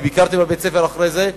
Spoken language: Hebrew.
אני ביקרתי בבית-הספר אחרי זה,